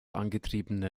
angetriebene